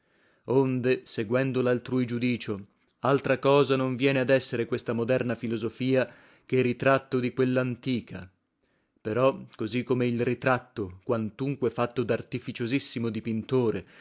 onde seguendo laltrui giudicio altra cosa non viene ad essere questa moderna filosofia che ritratto di quellantica però così come il ritratto quantunque fatto dartificiosissimo dipintore